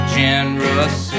generous